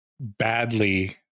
badly